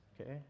Okay